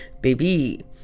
Baby